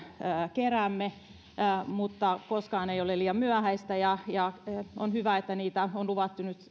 keräämme koskaan ei ole liian myöhäistä ja ja on hyvä että niitä testauksia on luvattu nyt